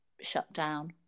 shutdown